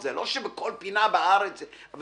זה לא שבכל פינה בארץ יש מחסור,